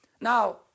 Now